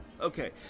Okay